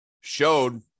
showed